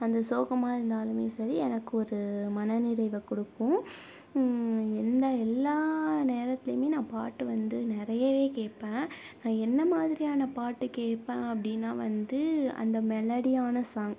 அந்த சோகமாக இருந்தாலும் சரி எனக்கு ஒரு மன நிறைவை கொடுக்கும் எந்த எல்லா நேரத்திலேயுமே நான் பாட்டு வந்து நிறையவே கேட்பேன் நான் என்ன மாதிரியான பாட்டு கேட்பேன் அப்படின்னா வந்து அந்த மெலடியான சாங்